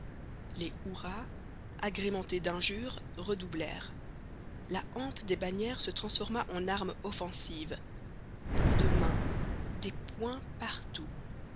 les hurrahs agrémentés d'injures redoublèrent la hampe des bannières se transforma en arme offensive plus de mains des poings partout